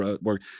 work